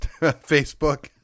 Facebook